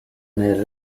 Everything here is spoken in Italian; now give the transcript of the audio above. nel